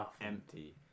empty